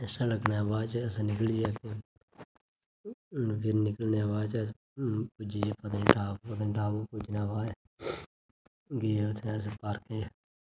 extra लग्गने दे बाद अस निकली आए उत्थूं फिर निकलने दे बाद अस पुज्जी गे पत्नीटॉप पत्नीटॉप पुज्जने दे बाद गे उत्थे अस पार्के च